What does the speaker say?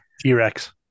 T-Rex